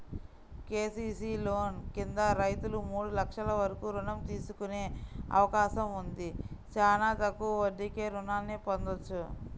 KCC loan కింద రైతులు మూడు లక్షల వరకు రుణం తీసుకునే అవకాశం ఉంది, చానా తక్కువ వడ్డీకే రుణాల్ని పొందొచ్చు